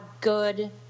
good